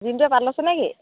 জিণ্টুৱে part লৈছে নে কি